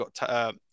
got